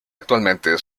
actualmente